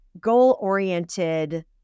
goal-oriented